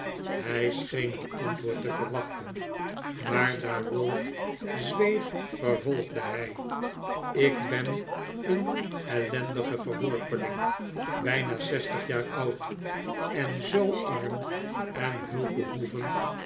hij scheen een antwoord te verwachten maar daar ralph zweeg vervolgde hij ik ben een ellendige verworpeling bijna zestig jaar oud en zoo arm en hulpbehoevend